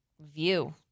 view